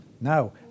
No